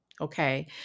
okay